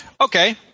Okay